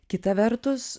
kita vertus